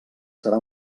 serà